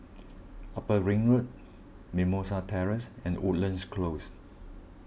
Upper Ring Road Mimosa Terrace and Woodlands Close